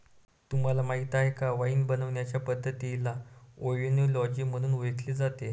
तुम्हाला माहीत आहे का वाइन बनवण्याचे पद्धतीला ओएनोलॉजी म्हणून ओळखले जाते